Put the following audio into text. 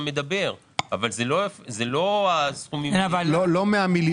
לא 100 מיליון.